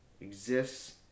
exists